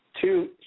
Two